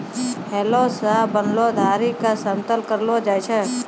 हलो सें बनलो धारी क समतल करलो जाय छै?